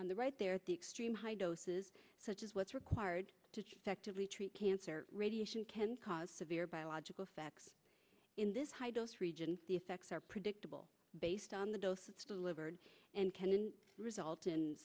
on the right there at the extreme high doses such as what's required to effect a retreat cancer radiation can cause severe biological facts in this high dose region the effects are predictable based on the dose it's delivered and can result